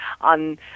on